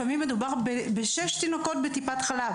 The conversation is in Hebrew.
לפעמים מדובר בשישה תינוקות בטיפת חלב